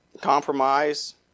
compromise